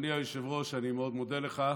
אדוני היושב-ראש, אני מאוד מודה לך,